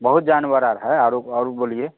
बहुत जानवर और है औरो औरो बोलिए